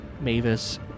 Mavis